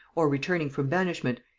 or returning from banishment,